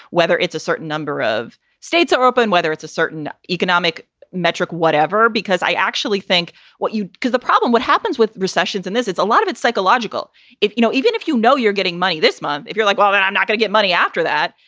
whether it's a certain number of states are open, whether it's a certain economic metric, whatever. because i actually think what you cause the problem, what happens with recessions and this is a lot of it's psychological if you know, even if you know, you're getting money this month, if you're like, well, then i'm not gonna get money after that.